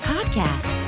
Podcast